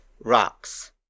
rocks